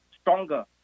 stronger